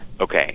okay